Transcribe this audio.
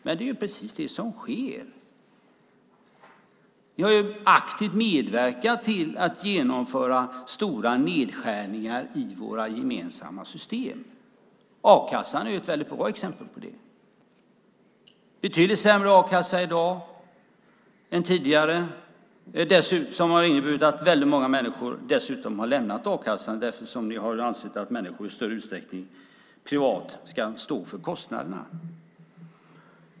Men det är precis det som sker. Ni har aktivt medverkat till att genomföra stora nedskärningar i våra gemensamma system. A-kassan är ett väldigt bra exempel på det. A-kassan är betydligt sämre i dag än tidigare, vilket har inneburit att väldigt många människor dessutom har lämnat a-kassan eftersom ni har ansett att människor i större utsträckning privat ska stå för kostnaderna.